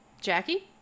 Jackie